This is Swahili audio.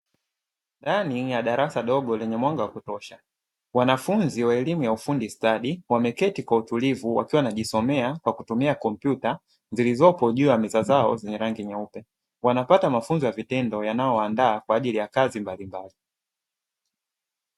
Ndani ya darasa dogo lenye mwanga wa kutosha. Wanafunzi wa elimu ya ufundi stadi, wameketi kwa utulivu wakiwa wanajisomea kwa kutumia kompyuta zilizopo juu ya meza zao zenye rangi nyeupe. Wanapata mafunzo ya vitendo yanayowaandaa kwa ajili ya kazi mbalimbali.